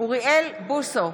אוריאל בוסו,